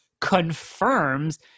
confirms